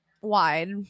wide